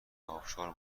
ابشار